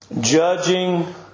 Judging